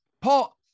paul